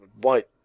white